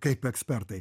kaip ekspertai